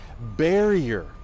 barrier